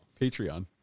Patreon